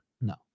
No